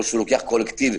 או הוא לוקח קולקטיב,